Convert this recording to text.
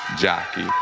jockey